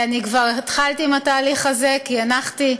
כבר התחלתי עם התהליך הזה כי הנחתי,